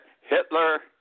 Hitler